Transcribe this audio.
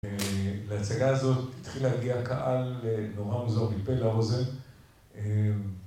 להצגה הזאת התחיל להגיע קהל, נורא מוזר, מפה לאוזן